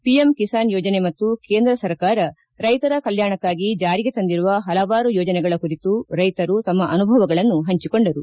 PM Kisan ಯೋಜನೆ ಮತ್ತು ಕೇಂದ್ರ ಸರ್ಕಾರ ರೈತರ ಕಲ್ಯಾಣಕ್ಕಾಗಿ ಜಾರಿಗೆ ತಂದಿರುವ ಪಲವಾರು ಯೋಜನೆಗಳ ಕುರಿತು ರೈತರು ತಮ್ಮ ಅನುಭವಗಳನ್ನು ಪಂಚಿಕೊಂಡರು